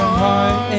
heart